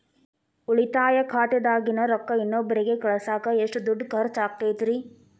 ಉಳಿತಾಯ ಖಾತೆದಾಗಿನ ರೊಕ್ಕ ಇನ್ನೊಬ್ಬರಿಗ ಕಳಸಾಕ್ ಎಷ್ಟ ದುಡ್ಡು ಖರ್ಚ ಆಗ್ತೈತ್ರಿ?